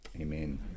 Amen